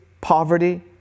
Poverty